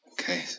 Okay